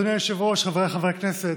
אדוני היושב-ראש, חבריי חברי הכנסת,